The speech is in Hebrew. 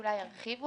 תוצאות הבדיקה,